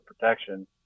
protection